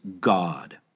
God